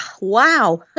wow